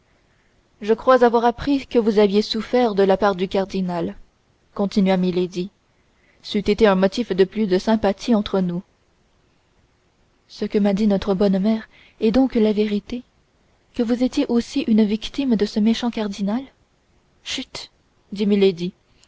je crois avoir appris que vous aviez souffert de la part du cardinal continua milady c'eût été un motif de plus de sympathie entre nous ce que m'a dit notre bonne mère est donc la vérité que vous étiez aussi une victime de ce méchant cardinal chut dit